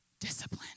discipline